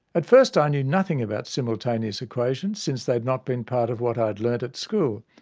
at first i knew nothing about simultaneous equations, since they had not been part of what i had learned at school.